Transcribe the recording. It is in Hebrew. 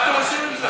מה אתם עושים עם זה?